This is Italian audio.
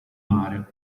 mare